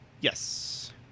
Yes